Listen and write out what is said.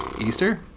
Easter